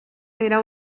era